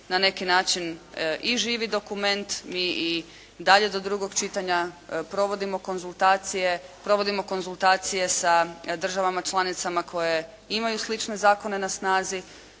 na neki način i živi dokument. Mi i dalje do drugog čitanja provodimo konzultacije, provodimo konzultacije sa državama članicama koje imaju slične zakone na snazi,